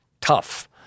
tough